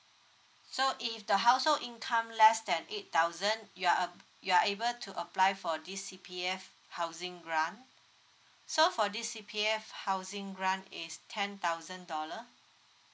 so if the household income less than eight thousand you are ap~ you are able to apply for this C_P_F housing run so for this C_P_F housing run is ten thousand dollar